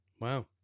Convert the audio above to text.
Wow